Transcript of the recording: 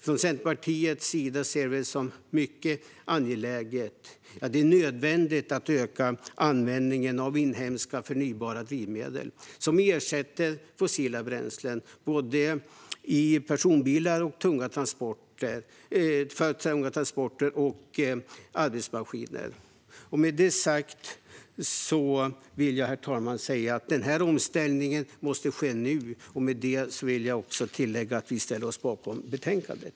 Från Centerpartiets sida ser vi det som mycket angeläget och nödvändigt att öka användningen av inhemska förnybara drivmedel som ersätter fossila bränslen i personbilar, tunga transporter och arbetsmaskiner. Den omställningen måste ske nu, herr talman. Med det sagt vill jag tillägga att vi ställer oss bakom betänkandet.